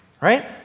Right